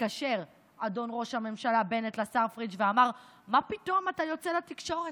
התקשר אדון ראש הממשלה בנט לשר פריג' ואמר: מה פתאום אתה יוצא לתקשורת?